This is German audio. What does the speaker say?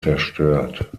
zerstört